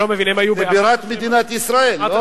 בבירת מדינת ישראל, לא?